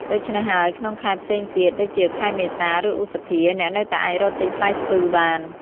ដូច្នេះហើយ ក្នុងខែផ្សេងទៀត ដូចជាខែមេសា ឬឧសភា អ្នកនៅតែអាចរកទិញផ្លែស្ពឺបាន ។